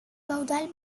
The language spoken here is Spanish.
caudal